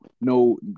no